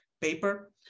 paper